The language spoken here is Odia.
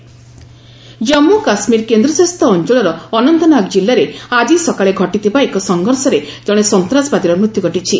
ଜେକେ ଏନ୍କାଉଣ୍ଟର ଜାନ୍ମୁ କାଶ୍ମୀର କେନ୍ଦ୍ରଶାସିତ ଅଞ୍ଚଳର ଅନନ୍ତନାଗ ଜିଲ୍ଲାରେ ଆଜି ସକାଳେ ଘଟିଥିବା ଏକ ସଂଘର୍ଷରେ ଜଣେ ସନ୍ତ୍ରାସବାଦୀର ମୃତ୍ୟୁ ଘଟିଛି